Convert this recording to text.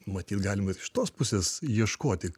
matyt galima ir iš tos pusės ieškoti